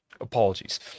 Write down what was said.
Apologies